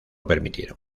permitieron